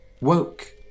woke